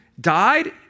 died